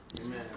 Amen